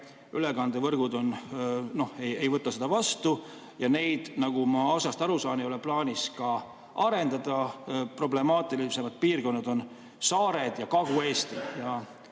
ülekandevõrgud ei võta seda vastu. Neid [võrke], nagu ma asjast aru saan, ei ole plaanis ka arendada. Problemaatilisemad piirkonnad on saared ja Kagu-Eesti,